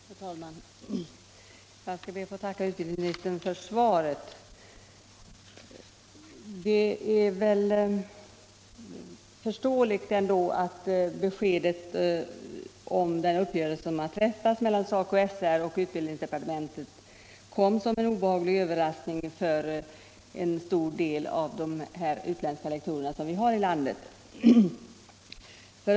Herr talman! Jag skall be att få tacka utbildningsministern för svaret. Det är väl förståeligt ändå att beskedet om denna uppgörelse som träffats mellan å ena sidan SACO/SR och å andra sidan utbildningsdepartementet kom som en obehaglig överraskning för en stor del av de utländska lektorer vi har här i landet.